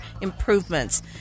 improvements